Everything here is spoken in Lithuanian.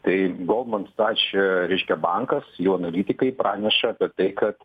tai goldman stač reiškia bankas jų analitikai praneša apie tai kad